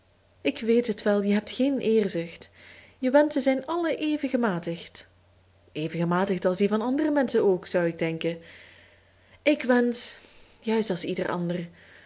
ik weet het wel je hebt geen eerzucht je wenschen zijn alle even gematigd even gematigd als die van andere menschen ook zou ik denken ik wensch juist als ieder ander